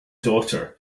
daughter